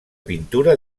pintura